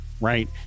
Right